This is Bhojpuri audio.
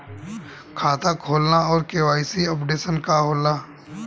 खाता खोलना और के.वाइ.सी अपडेशन का होला?